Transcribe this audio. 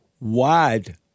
wide